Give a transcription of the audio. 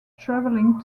traveling